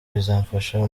bizamfasha